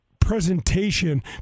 presentation